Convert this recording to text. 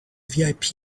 vip